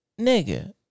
Nigga